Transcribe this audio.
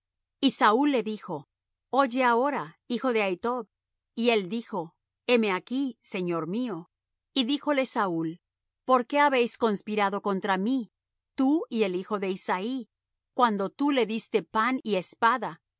y saúl le dijo oye ahora hijo de ahitob y él dijo heme aquí señor mío y díjole saúl por qué habéis conspirado contra mí tú y el hijo de isaí cuando tú le diste pan y espada